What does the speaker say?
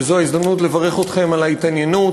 וזו ההזדמנות לברך אתכם על ההתעניינות,